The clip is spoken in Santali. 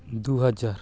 ᱫᱩ ᱦᱟᱡᱟᱨ